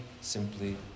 simply